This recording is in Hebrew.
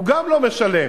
הוא גם לא משלם.